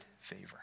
favor